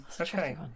okay